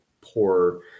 poor